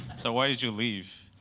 so why did you leave?